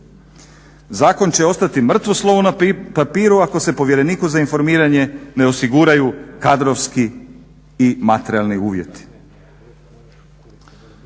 Zakon će ostati mrtvo slovo na papiru ako se povjereniku za informiranje ne osiguraju kadrovski i materijalni uvjeti.